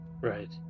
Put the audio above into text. Right